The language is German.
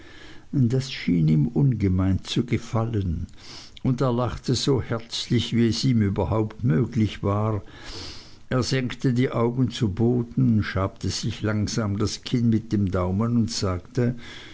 das schien ihm ungemein zu gefallen und er lachte so herzlich wie es ihm überhaupt möglich war er senkte die augen zu boden schabte sich langsam das kinn mit dem daumen und sagte